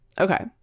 Okay